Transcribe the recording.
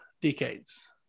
decades